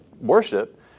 worship